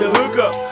hookup